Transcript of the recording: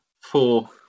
four